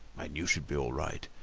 i knew she'd be all right.